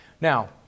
Now